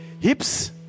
Hips